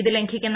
ഇതു ലംഘിക്കുന്നു